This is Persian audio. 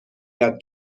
یاد